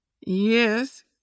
Yes